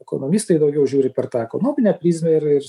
ekonomistai daugiau žiūri per tą ekonominę prizmę ir ir